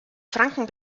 franken